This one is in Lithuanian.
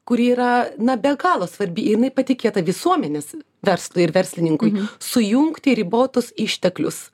kuri yra na be galo svarbi jinai patikėta visuomenės verslui ir verslininkui sujungti ribotus išteklius